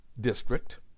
District